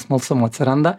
smalsumo atsiranda